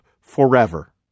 forever